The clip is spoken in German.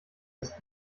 ist